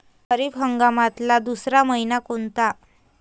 खरीप हंगामातला दुसरा मइना कोनता?